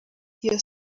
iyo